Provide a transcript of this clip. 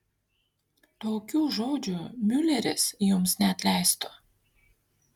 tokių žodžių miuleris jums neatleistų